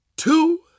Two